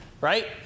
Right